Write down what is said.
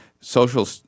social